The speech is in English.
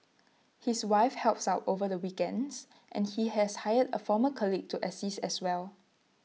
his wife helps out over the weekends and he has hired A former colleague to assist as well